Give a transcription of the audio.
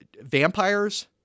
vampires